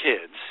kids